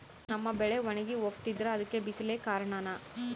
ನಮ್ಮ ಬೆಳೆ ಒಣಗಿ ಹೋಗ್ತಿದ್ರ ಅದ್ಕೆ ಬಿಸಿಲೆ ಕಾರಣನ?